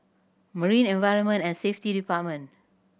Marine Environment and Safety Department